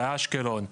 באשקלון,